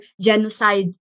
genocide